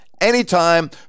anytime